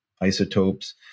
isotopes